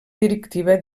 directiva